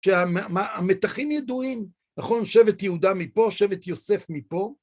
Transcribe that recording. שהמ... המ... המתחים ידועים, נכון? שבט יהודה מפה, שבט יוסף מפה.